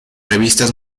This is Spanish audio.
revistas